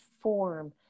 form